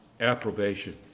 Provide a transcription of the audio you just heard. approbation